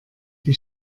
die